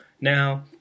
Now